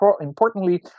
importantly